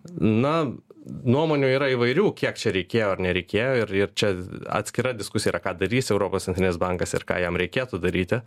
na nuomonių yra įvairių kiek čia reikėjo ar nereikėjo ir ir čia atskira diskusija yra ką darys europos centrinis bankas ir ką jam reikėtų daryti